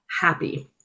happy